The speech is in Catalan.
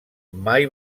mai